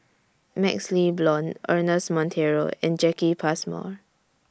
MaxLe Blond Ernest Monteiro and Jacki Passmore